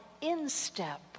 instep